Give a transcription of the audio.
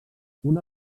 una